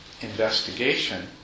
investigation